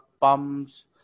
pumps